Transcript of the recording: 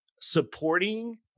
supporting